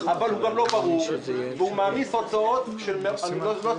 אבל הוא גם לא ברור והוא מעמיס הוצאות של מאות